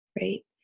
right